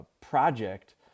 project